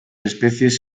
especies